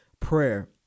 prayer